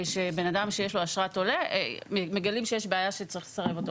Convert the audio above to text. שבן אדם שיש לו אשרת עולה מגלים שיש בעיה שצריך לסרב אותו.